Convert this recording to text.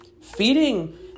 feeding